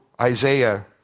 Isaiah